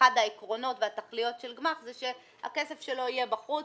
אחד העקרונות והתכליות של גמ"ח הוא שהכסף שלו יהיה בחוץ,